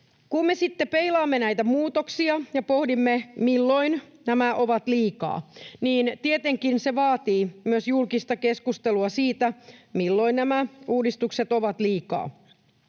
Kun me sitten peilaamme näitä muutoksia ja pohdimme, milloin nämä ovat liikaa, niin tietenkin se vaatii myös julkista keskustelua siitä, milloin nämä uudistukset ovat liikaa.